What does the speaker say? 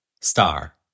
Star